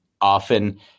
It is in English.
often